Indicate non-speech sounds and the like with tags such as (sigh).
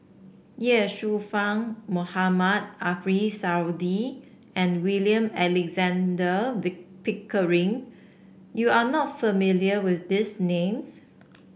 Ye Shufang Mohamed Ariff Suradi and William Alexander (unintelligible) Pickering you are not familiar with these names